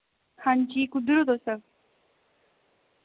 हांजी कुद्धर ओ तुस